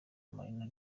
marina